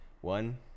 One